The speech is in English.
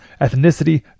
ethnicity